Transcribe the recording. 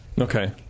Okay